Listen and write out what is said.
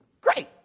great